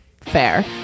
fair